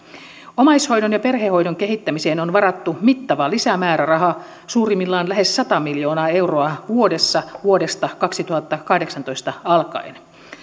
omaishoidon ja perhehoidon kehittämiseen on varattu mittava lisämääräraha suurimmillaan lähes sata miljoonaa euroa vuodessa vuodesta kaksituhattakahdeksantoista alkaen